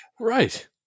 Right